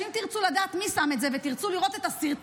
שאם תרצו לדעת מי שם את זה ותרצו לראות את הסרטון,